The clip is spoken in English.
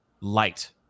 light